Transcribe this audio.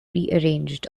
rearranged